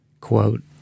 Quote